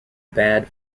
bad